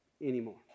anymore